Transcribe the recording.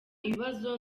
ikibazo